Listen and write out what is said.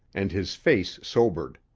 and his face sobered.